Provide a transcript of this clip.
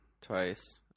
twice